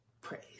praise